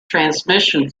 transmission